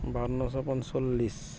বাৱন্নশ পঞ্চল্লিছ